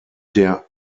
der